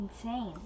insane